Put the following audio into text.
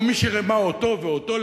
או מי שרימה אותו ואותו?